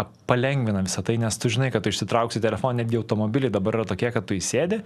palengvina visa tai nes tu žinai kad tu išsitrauksi telefoną netgi automobiliai dabar yra tokie kad tu įsėdi